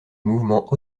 mouvement